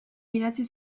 idatzi